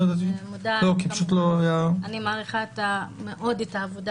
כי פשוט לא היה --- אני מעריכה מאוד את העבודה